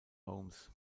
holmes